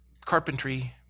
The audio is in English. carpentry